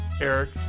Eric